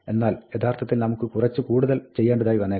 എന്നാൽ യഥാർത്ഥത്തിൽ നമുക്ക് കുറച്ച് കൂടുതൽ ചെയ്യേണ്ടതായി വന്നേക്കാം